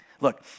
Look